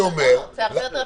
זה הרבה יותר אפקטיבי.